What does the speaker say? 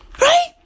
Right